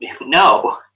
no